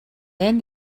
then